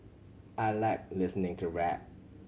I like listening to rap